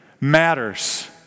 matters